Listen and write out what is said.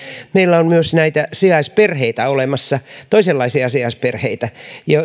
meillä on myös näitä sijaisperheitä olemassa toisenlaisia sijaisperheitä